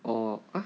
orh ah